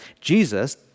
Jesus